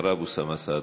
אחריו, אוסאמה סעדי.